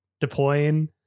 deploying